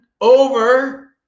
over